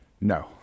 no